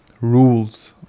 rules